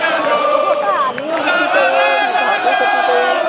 আঁ ক'ৰবাৰ পৰা আনিও বিক্ৰী কৰোঁ ঘৰতো খেতি কৰোঁ